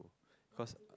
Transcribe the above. cause